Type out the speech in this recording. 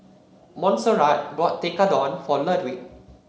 Monserrat bought Tekkadon for Ludwig